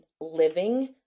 living